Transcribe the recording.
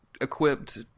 equipped